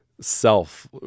self